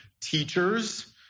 teachers